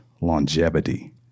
longevity